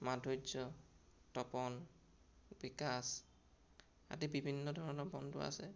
মাধুৰ্য্য় তপন বিকাশ আদি বিভিন্ন ধৰণৰ বন্ধু আছে